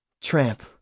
tramp